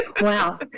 Wow